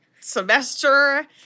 semester